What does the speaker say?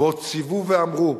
ועוד ציוו ואמרו: